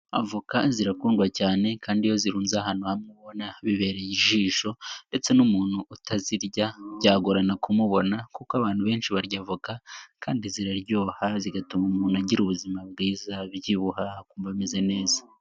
Avoka zirakundwa cyane kandi iyo zirunze ahantu hamwe uba ubona bibereye ijisho, ndetse n'umuntu utazirya byagorana kumubona, kuko abantu benshi barya avoka kandi ziraryoha zigatuma umuntu agira ubuzima bwiza, abyibuha akumva ameze neza.